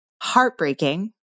heartbreaking